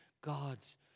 God's